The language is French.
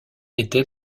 était